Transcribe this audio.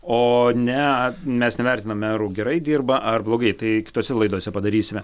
o ne mes nevertiname ar gerai dirba ar blogai tai kitose laidose padarysime